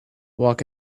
walk